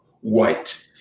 white